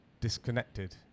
disconnected